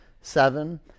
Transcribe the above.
seven